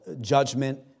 judgment